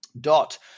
Dot